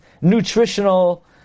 nutritional